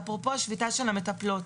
אפרופו השביתה של המטפלות.